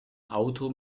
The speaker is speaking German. auto